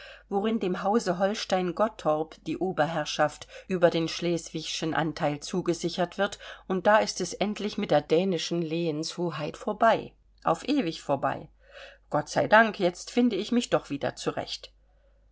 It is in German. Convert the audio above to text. worin dem hause holstein gottorp die oberherrschaft über den schleswigschen anteil zugesichert wird und da ist es endlich mit der dänischen lehenshoheit vorbei auf ewig vorbei gott sei dank jetzt finde ich mich doch wieder zurecht